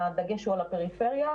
הדגש הוא על הפריפריה.